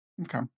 Okay